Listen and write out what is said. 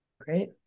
Great